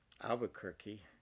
Albuquerque